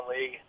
league